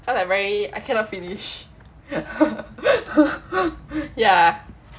cause I very I cannot finish ya